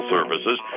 Services